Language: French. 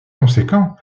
conséquent